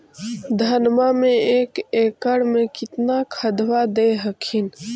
धनमा मे एक एकड़ मे कितना खदबा दे हखिन?